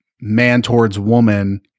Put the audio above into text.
man-towards-woman